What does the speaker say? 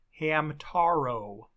Hamtaro